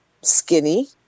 skinny